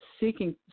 seeking